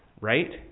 right